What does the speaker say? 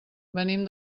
venim